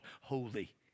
Holy